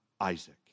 Isaac